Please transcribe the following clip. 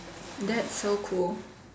that's so cool